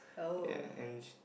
yeah and she